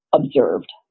observed